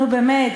נו, באמת.